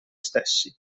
stessi